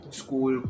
school